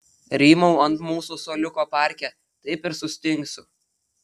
rymau ant mūsų suoliuko parke taip ir sustingsiu